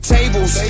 Tables